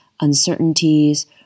uncertainties